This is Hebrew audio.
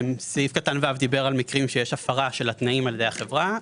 סעיף קטן (ו) דיבר על מקרים שיש הפרה של התנאים על ידי החברה.